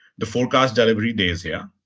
the forecast delivery days here,